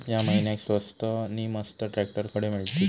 या महिन्याक स्वस्त नी मस्त ट्रॅक्टर खडे मिळतीत?